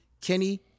Kenny